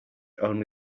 only